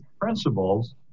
principles